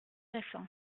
récent